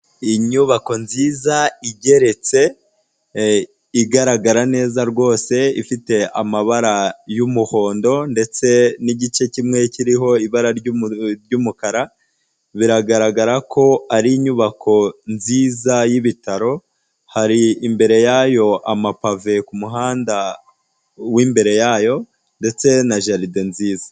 Inyubako nziza igeretse igaragara neza rwose, ifite amabara y'umuhondo ndetse n'igice kimwe kiriho ibara ry'umukara. Biragaragara ko ari inyubako nziza y'ibitaro, hari imbere yayo amapave ku muhanda w'imbere yayo ndetse na jaride nziza.